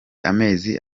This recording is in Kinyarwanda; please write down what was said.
amezi